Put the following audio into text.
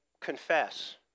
confess